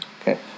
Okay